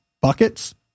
buckets